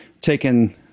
taken